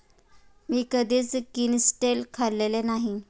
मी कधीच किनिस्टेल खाल्लेले नाही